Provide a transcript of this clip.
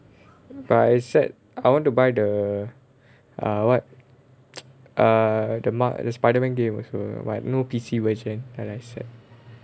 but I sad I want to buy the ah what ah the mark the spiderman game also but no P_C version then I sad